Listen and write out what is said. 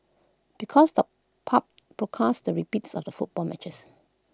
because the pubs broadcast the repeats of the football matches